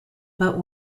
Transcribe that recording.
but